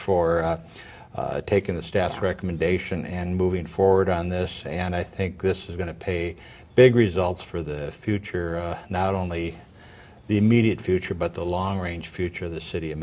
for taking the steps recommendation and moving forward on this and i think this is going to pay big results for the future not only the immediate future but the long range future of this city